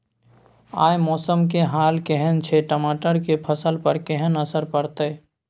आय मौसम के हाल केहन छै टमाटर के फसल पर केहन असर परतै?